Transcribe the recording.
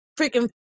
freaking